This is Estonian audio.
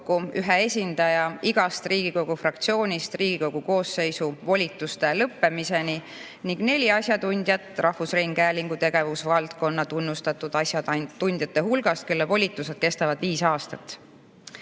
ühe esindaja igast Riigikogu fraktsioonist Riigikogu koosseisu volituste lõppemiseni ning neli asjatundjat rahvusringhäälingu tegevusvaldkonna tunnustatud asjatundjate hulgast, kelle volitused kestavad viis